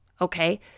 Okay